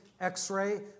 x-ray